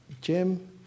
Jim